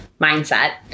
mindset